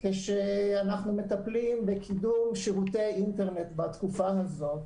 כאשר אנחנו מטפלים בקידום שירותי אינטרנט בתקופה הזאת,